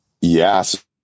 Yes